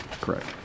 Correct